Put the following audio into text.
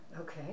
Okay